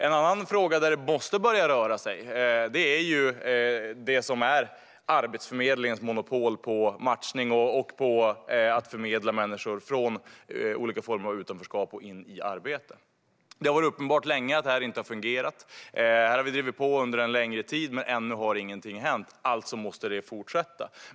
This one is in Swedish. En annan fråga där det måste börja röra sig är Arbetsförmedlingens monopol på matchning och att förmedla människor från olika former av utanförskap och in i arbete. Det har länge varit uppenbart att det inte har fungerat. Här har vi drivit på under en längre tid, men ännu har ingenting hänt. Alltså måste det fortsätta.